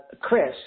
Chris